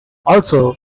also